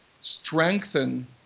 strengthen